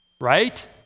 right